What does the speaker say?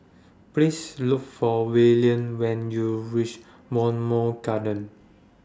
Please Look For Willam when YOU REACH Bowmont Gardens